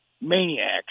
maniacs